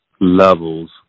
levels